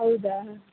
ಹೌದಾ